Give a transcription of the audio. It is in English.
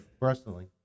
personally